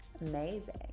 Amazing